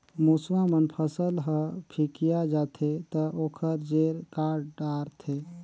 मूसवा मन फसल ह फिकिया जाथे त ओखर जेर काट डारथे